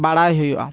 ᱵᱟᱲᱟᱭ ᱦᱩᱭᱩᱜᱼᱟ